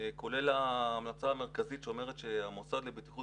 כולל ההמלצה המרכזית שאומרת שהמוסד לבטיחות